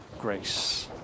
grace